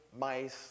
mice